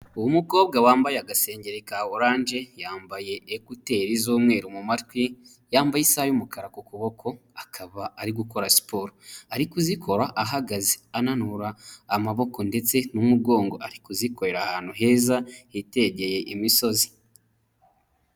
Uwo mukobwa wambaye agasengengeri ka orange yambaye ekiteri z'umweru mu matwi, yambaye isaha yumukara ku kuboko, akaba ari gukora siporo ari kuzikora ahagaze ananura amaboko ndetse n'umugongo akazikorera ahantu heza hitegeye imisozi.